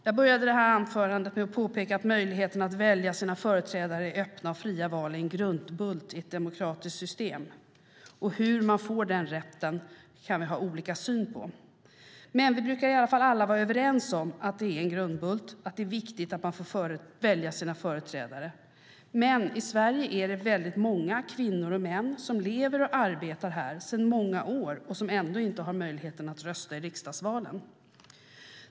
Jag började detta anförande med att påpeka att möjligheten att välja sina företrädare i öppna och fria val är en grundbult i ett demokratiskt system. Hur man får den rätten kan vi ha olika syn på, men vi brukar i alla fall vara överens om att det är en grundbult, att det är viktigt att man får välja sina företrädare. I Sverige finns många kvinnor och män som sedan många år lever och arbetar här men som ändå inte har möjlighet att rösta i riksdagsval.